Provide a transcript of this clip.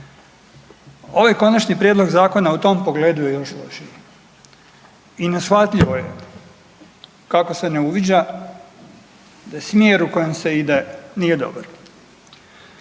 Ovaj konačni prijedlog zakona u tom pogledu je još lošiji, i ne shvatljivo je kako se ne uviđa da smjer u kojem se ide nije dobar.